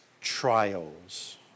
trials